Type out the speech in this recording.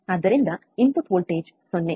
ಆದ್ದರಿಂದ input voltage 0